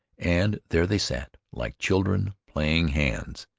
and there they sat, like children playing hands,